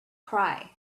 cry